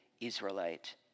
Israelite